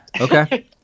Okay